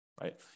right